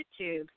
YouTube